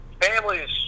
families